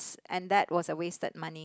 and that was a wasted money